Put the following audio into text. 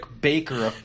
Baker